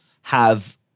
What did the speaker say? have-